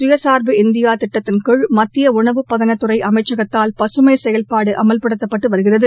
சுயசார்பு இந்தியா திட்டத்தின் கீழ் மத்திய உணவு பதனத்துறை அமைச்சகத்தால் பசுமை செயல்பாடு அமல்படுத்தப்பட்டு வருகிறது